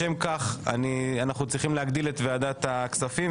לשם כך אנחנו צריכים להגדיל את ועדת הכספים,